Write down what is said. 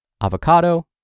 Avocado